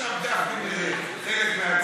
עכשיו גפני הוא חלק מההצגה.